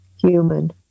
human